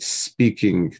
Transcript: speaking